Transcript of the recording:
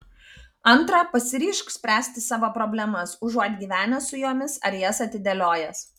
antra pasiryžk spręsti savo problemas užuot gyvenęs su jomis ar jas atidėliojęs